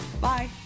Bye